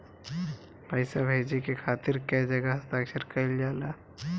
पैसा भेजे के खातिर कै जगह हस्ताक्षर कैइल जाला?